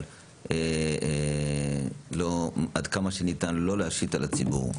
אבל עד כמה שניתן לא להשית על הציבור.